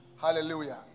Hallelujah